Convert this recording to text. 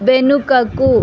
వెనుకకు